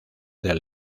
del